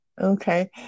okay